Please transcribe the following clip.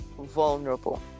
vulnerable